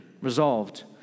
resolved